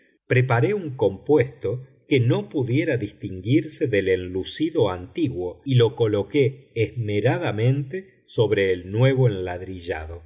preparé un compuesto que no pudiera distinguirse del enlucido antiguo y lo coloqué esmeradamente sobre el nuevo enladrillado